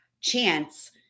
chance